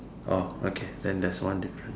orh okay then that's one different